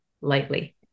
lightly